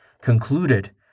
concluded